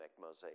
Mosaic